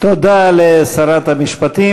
תודה לשרת המשפטים.